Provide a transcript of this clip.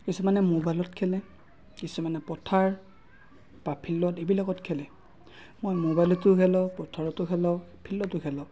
কিছুমানে ম'বাইলত খেলে কিছুমানে পথাৰ বা ফিল্ডত এইবিলাকত খেলে মই ম'বাইলতো খেলোঁ পথাৰতো খেলোঁ ফিল্ডতো খেলোঁ